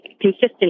consistent